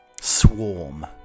swarm